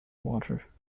water